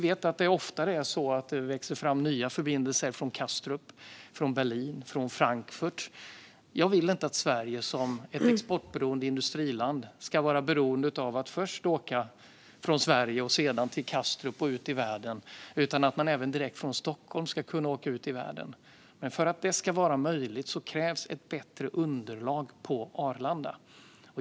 Det växer oftare fram nya förbindelser från Köpenhamn, Berlin och Frankfurt. Jag vill inte att man i Sverige, som är ett exportberoende industriland, ska vara beroende av att från Sverige först åka till Kastrup och vidare ut i världen, utan att man även ska kunna åka ut i världen direkt från Stockholm. Men för att det ska vara möjligt krävs ett bättre passagerarunderlag på Arlanda.